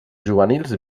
juvenils